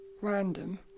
random